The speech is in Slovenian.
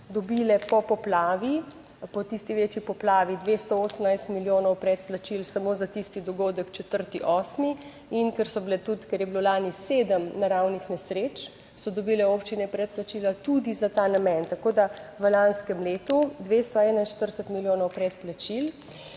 dobile po poplavi, po tisti večji poplavi, 218 milijonov predplačil samo za tisti dogodek 4. 8. In ker je bilo lani sedem naravnih nesreč, so dobile občine predplačila tudi za ta namen, tako v lanskem letu 241 milijonov predplačil.